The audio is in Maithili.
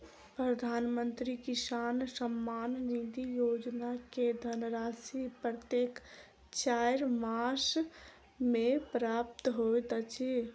प्रधानमंत्री किसान सम्मान निधि योजना के धनराशि प्रत्येक चाइर मास मे प्राप्त होइत अछि